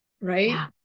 right